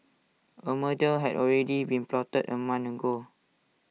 A murder had already been plotted A month ago